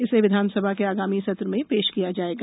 इसे विधानसभा के आगामी सत्र में पेश किया जाएगा